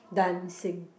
dancing